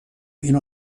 اینو